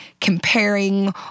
comparing